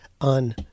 on